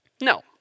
No